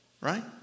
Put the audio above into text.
right